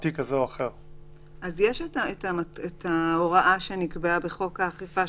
יש את ההוראה שנקבעה בחוק האכיפה,